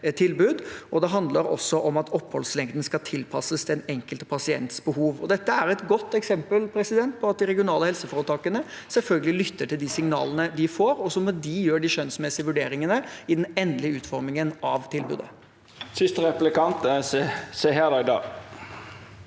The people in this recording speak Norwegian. og det handler om at oppholdslengden skal tilpasses den enkelte pasientens behov. Dette er et godt eksempel på at de regionale helseforetakene selvfølgelig lytter til de signalene de får, og så må de gjøre de skjønnsmessige vurderingene i den endelige utformingen av tilbudet. Seher Aydar